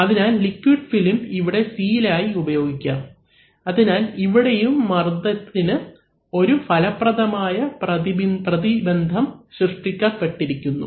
അതിനാൽ liquid film ഇവിടെ seal ആയി ഉപയോഗിക്കാം അതിനാൽ ഇവിടെയും മർദ്ദത്തിന് ഒരു ഫലപ്രദമായ പ്രതിബന്ധം സൃഷ്ടിക്കപ്പെട്ടിരിക്കുന്നു